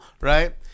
Right